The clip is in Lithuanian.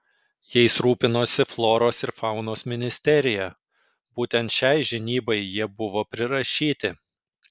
jais rūpinosi floros ir faunos ministerija būtent šiai žinybai jie buvo prirašyti